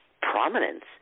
prominence